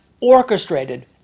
orchestrated